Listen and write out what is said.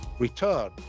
return